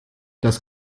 das